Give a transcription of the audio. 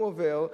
הוא עובר,